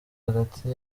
hagati